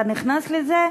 אתה נכנס לזה,